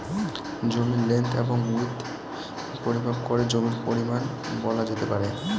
জমির লেন্থ এবং উইড্থ পরিমাপ করে জমির পরিমান বলা যেতে পারে